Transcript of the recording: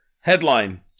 headline